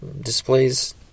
displays